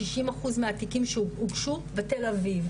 60 אחוז מהתיקים שהוגשו בתל אביב,